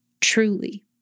truly